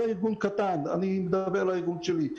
זה ארגון קטן, אני מדבר על הארגון שלי.